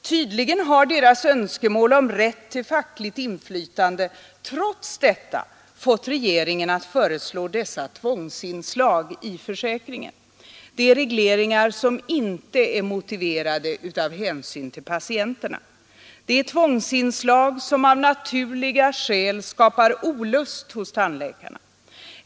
Tydligen har deras önskemål om rätt till fackligt inflytande trots detta fått regeringen att föreslå detta tvångsinslag i försäkringen: regleringar som inte är motiverade av hänsyn till patienterna, tvångsinslag som av naturliga skäl skapar olust hos tandläkarna.